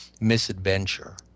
misadventure